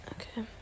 Okay